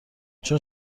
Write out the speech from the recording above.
چون